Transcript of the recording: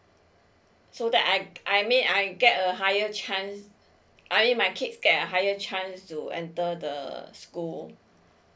so that I I mean I get a higher chance I mean my kids get a higher chance to enter the school